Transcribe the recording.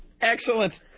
Excellent